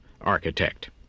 architect